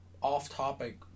off-topic